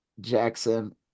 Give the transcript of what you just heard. Jackson